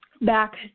back